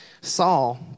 Saul